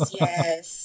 yes